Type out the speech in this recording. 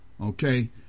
Okay